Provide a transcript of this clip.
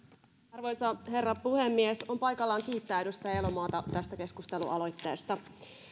arvoisa herra puhemies on paikallaan kiittää edustaja elomaata tästä keskustelualoitteesta